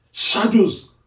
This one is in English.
shadows